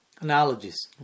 analogies